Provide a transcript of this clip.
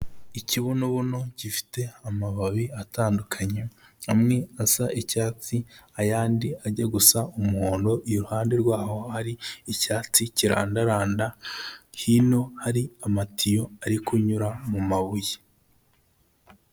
Ikibunobuno gifite amababi atandukanye, amwe asa icyatsi, ayandi ajya gusa umuhondo, iruhande rwaho ari icyatsi kirandaranda, hino hari amatiyo ari kunyura mu mabuye.